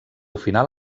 final